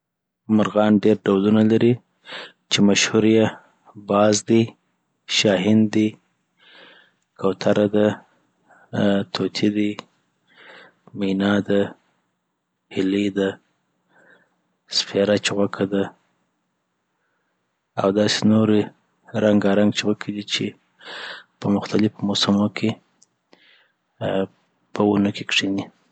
مرغان ډیر ډولونه لری چی مشهور یی باز دی، شاهین دي، کوتره ده، آ طوطي دي، مېنا ده هېلۍ ده، سپیره چوغکه ده، اوداسی نوری رنګارنګ چوغکې دی چی په مختلفو موسومو کی آ په ونو کی کښینې